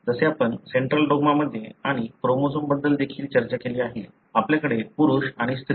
जसे आपण central dogma मध्ये आणि क्रोमोझोम बद्दल देखील चर्चा केली आहे आपल्याकडे पुरुष आणि स्त्री आहेत